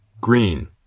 green